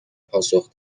پاسخ